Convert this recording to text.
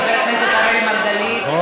חבר הכנסת אראל מרגלית.